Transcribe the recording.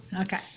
Okay